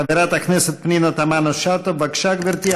חברת הכנסת פנינה תמנו-שטה, בבקשה, גברתי.